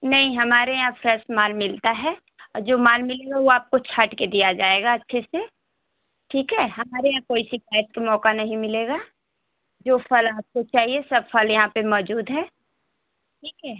नहीं हमारे यहाँ फ्रेस माल मिलता है जो माल मिलेगा वो आपको छाँट के दिया जाएगा अच्छे से ठीक है हमारे यहाँ कोई शिकायत का मौका नहीं मिलेगा जो फल आपको चाहिए सब फल यहाँ पर मौजूद है ठीक है